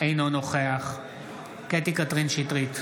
אינו נוכח קטי קטרין שטרית,